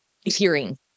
hearing